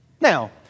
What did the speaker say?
Now